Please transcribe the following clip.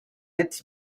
its